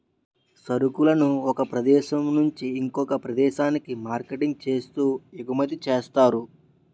సరుకులను ఒక ప్రదేశం నుంచి ఇంకొక ప్రదేశానికి మార్కెటింగ్ చేస్తూ ఎగుమతి చేస్తారు